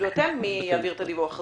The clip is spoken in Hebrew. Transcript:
תגידו אתם מי יעביר את הדיווח הזה,